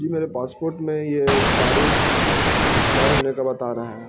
جی میرے پاسپورٹ میں یہ تاریخ ایکسپائر ہونے کا بتا رہا ہے